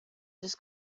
this